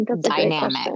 dynamic